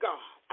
God